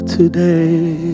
today